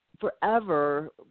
forever